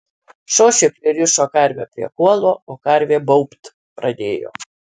šošė pririšo karvę prie kuolo o karvė baubt pradėjo